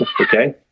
okay